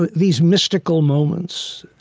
but these mystical moments.